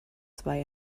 zwei